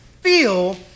feel